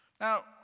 Now